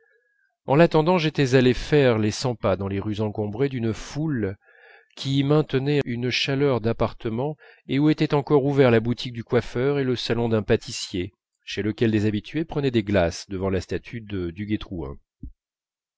en l'attendant j'étais allé faire les cent pas dans les rues encombrées d'une foule qui y maintenait une chaleur d'appartement et où était encore ouverts la boutique du coiffeur et le salon d'un pâtissier chez lequel des habitués prenaient des glaces devant la statue de